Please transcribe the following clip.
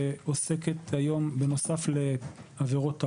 שעוסקת היום נוסף על עבירות הרכב,